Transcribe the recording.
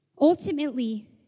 Ultimately